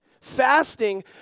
fasting